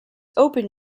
open